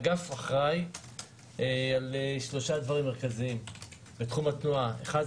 אחראי על שלושה דברים מרכזיים בתחום התנועה: אחד,